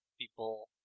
people